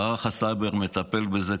מערך הסייבר מטפל בזה,